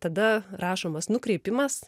tada rašomas nukreipimas